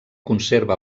conserva